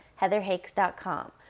heatherhakes.com